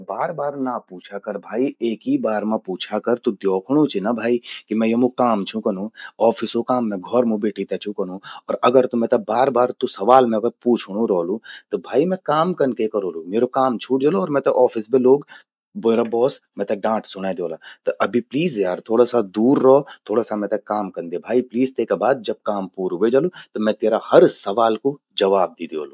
बार बार ना पूछा कर भाई एक ही बार मां पूछ्या कर तु द्योखणू चि ना भाई कि मैं यमु काम छूं कनू। ऑफिसो काम मैं घौर मूं बैठी ते छूं कनू और अगर तु बार बार मेते सवाल मेते पूछणूं रौलु त भाई मैं काम कनके करोलु। म्येरु काम छूट जलु अर मेते ऑफिस बे लोग, म्येरू बॉस डांट सुणे द्योला। त अभि प्लीज यार थोड़ा सा दूर रौ। थोड़ा सा मेते काम कन्न द्ये भाई प्लीज तेका बाद जब काम पूरू व्हे जलु, त मैं त्योर हर सवाल कू जवाब दी द्योलु।